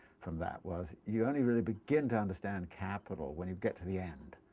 from that was you only really begin to understand capital when you get to the end.